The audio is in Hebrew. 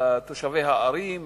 על תושבי הערים והיישובים.